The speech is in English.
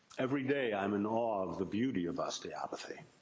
everyday i am in awe of the beauty of osteopathy.